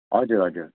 हजुर हजुर